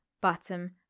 Bottom